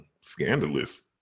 scandalous